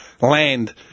land